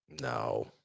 no